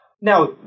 Now